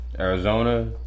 Arizona